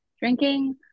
drinking